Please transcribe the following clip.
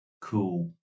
cool